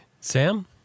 Sam